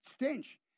stench